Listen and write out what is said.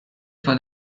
for